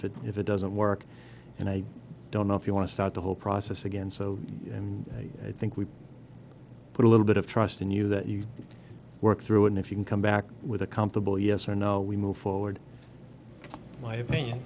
hold it if it doesn't work and i don't know if you want to start the whole process again so and i think we've put a little bit of trust in you that you work through and if you can come back with a comfortable yes or no we move forward my opinion